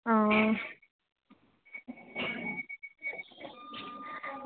हां